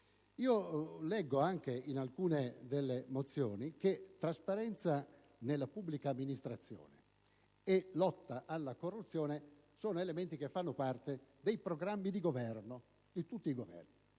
Leggo in alcune mozioni presentate che trasparenza nella pubblica amministrazione e lotta alla corruzione sono elementi che fanno parte dei programmi di governo di tutti gli